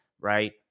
Right